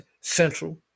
Central